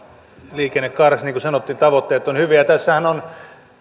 liikennekaaressa niin kuin sanottiin tavoitteet ovat hyviä tässähän